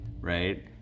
right